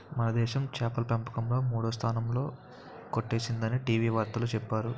మనదేశం చేపల పెంపకంలో మూడో స్థానంలో కొచ్చేసిందని టీ.వి వార్తల్లో చెప్పేరు